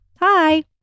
Hi